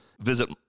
visit